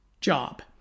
job